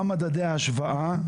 מה מדדי ההשוואה,